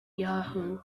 yahoo